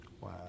Wow